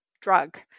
drug